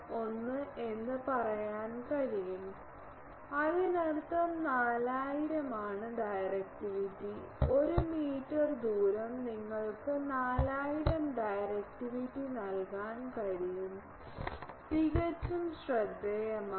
01 എന്ന് പറയാൻ കഴിയും അതിനർത്ഥം 4000 ആണ് ഡയറക്റ്റിവിറ്റി 1 മീറ്റർ ദൂരം നിങ്ങൾക്ക് 4000 ഡയറക്റ്റിവിറ്റി നൽകാൻ കഴിയും തികച്ചും ശ്രദ്ധേയമാണ്